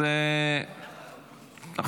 כי הזיזו אותי מקום ועוד לא התרגלתי.